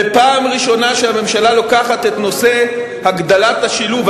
ופעם ראשונה שהממשלה לוקחת את נושא הגדלת השילוב,